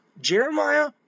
Jeremiah